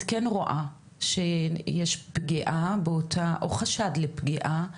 כן רואה שיש פגיעה באותה העובדת הזרה או חשד לפגיעה.